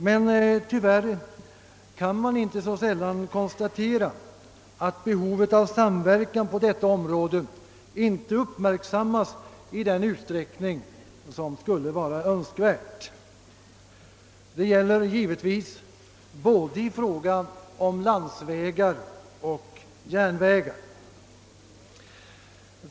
Men tyvärr kan man inte sällan konstatera, att behovet av samverkan på detta område inte uppmärksammas i önskvärd utsträckning. Detta gäller både i fråga om landsvägar och järnvägar.